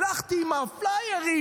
הלכתי עם הפליירים,